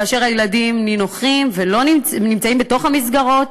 כאשר הילדים נינוחים והם נמצאים בתוך המסגרות,